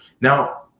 Now